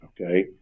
okay